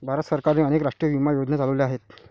भारत सरकारने अनेक राष्ट्रीय विमा योजनाही चालवल्या आहेत